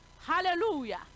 Hallelujah